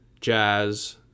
jazz